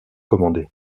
commandés